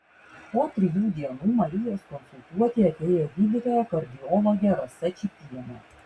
po trijų dienų marijos konsultuoti atėjo gydytoja kardiologė rasa čypienė